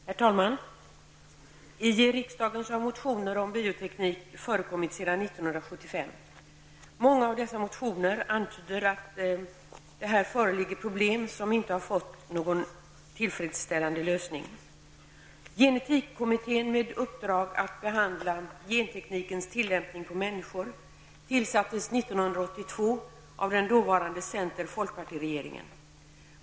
Herr talman! I riksdagen har motioner om bioteknik förekommit sedan 1975. Många av dessa motioner antyder att här föreligger problem som inte har fått någon tillfredsställande lösning. 1982 av den dåvarande center--folkpartiregeringen.